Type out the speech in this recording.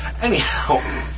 Anyhow